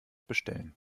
bestellen